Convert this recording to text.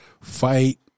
fight